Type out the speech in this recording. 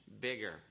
bigger